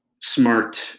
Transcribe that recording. smart